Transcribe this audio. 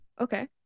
Okay